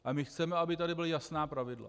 Ale my chceme, aby tady byla jasná pravidla.